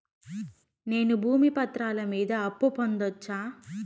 నేను భూమి పత్రాల మీద అప్పు పొందొచ్చా?